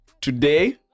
Today